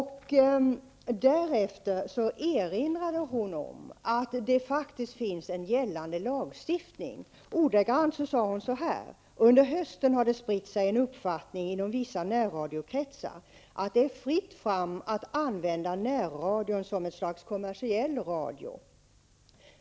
Därefter erinrade hon om att det faktiskt finns en gällande lagstiftning. Hon sade ordagrant: ''Under hösten har det spridit sig en uppfattning inom vissa närradiokretsar att det är fritt fram att använda närradion som ett slags kommersiell radio.